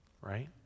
Right